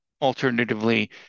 alternatively